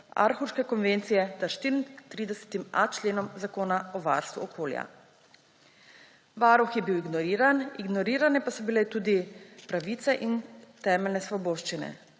Aarhuške konvencije ter 34.a členom Zakona o varstvu okolja. Varuh je bil ignoriran, ignorirane pa so bile tudi pravice in temeljne svoboščine.